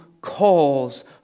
calls